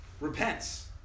repents